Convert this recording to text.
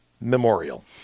Memorial